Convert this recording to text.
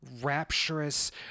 rapturous